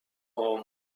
home